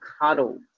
cuddled